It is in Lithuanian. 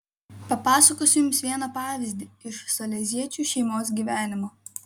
papasakosiu jums vieną pavyzdį iš saleziečių šeimos gyvenimo